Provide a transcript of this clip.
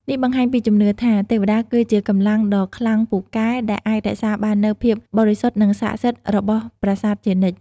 នេះបង្ហាញពីជំនឿថា ទេវតាគឺជាកម្លាំងដ៏ខ្លាំងពូកែដែលអាចរក្សាបាននូវភាពបរិសុទ្ធ និងស័ក្តិសិទ្ធិរបស់ប្រាសាទជានិច្ច។